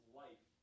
life